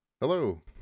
Hello